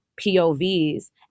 POVs